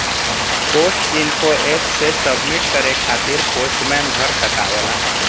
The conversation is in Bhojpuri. पोस्ट इन्फो एप से सबमिट करे खातिर पोस्टमैन घर तक आवला